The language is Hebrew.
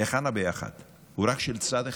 היכן הביחד, הוא רק של צד אחד?